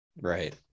Right